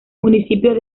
municipio